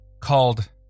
called